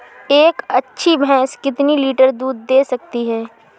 एक अच्छी भैंस कितनी लीटर दूध दे सकती है?